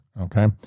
Okay